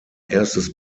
erstes